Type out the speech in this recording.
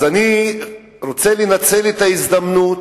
אני רוצה לנצל את ההזדמנות